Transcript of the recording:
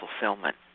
fulfillment